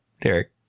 Derek